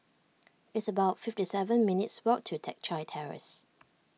it's about fifty seven minutes' walk to Teck Chye Terrace